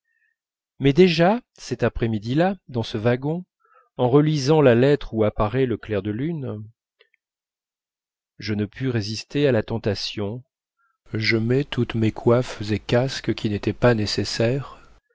mais déjà cet après midi là dans ce wagon en relisant la lettre où apparaît le clair de lune je ne pus résister à la tentation je mets toutes mes coiffes et casques qui n'étaient pas nécessaires